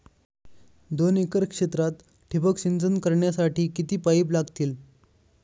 दोन एकर क्षेत्रात ठिबक सिंचन करण्यासाठी किती पाईप लागतील?